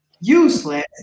Useless